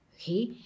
Okay